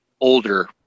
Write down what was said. older